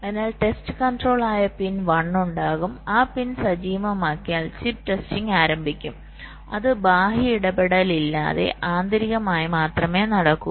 അതിനാൽ test control ആയ pin 1ഉണ്ടാകും ആ പിൻ സജീവമാക്കിയാൽ ചിപ്പ് ടെസ്റ്റിംഗ് ആരംഭിക്കും അത് ബാഹ്യ ഇടപെടലില്ലാതെ ആന്തരികമായി മാത്രമേ നടക്കൂ